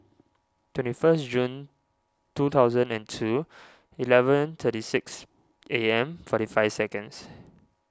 twenty first June two thousand and two eleven thirty six A M forty five seconds